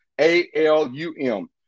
A-L-U-M